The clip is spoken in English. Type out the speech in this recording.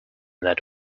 that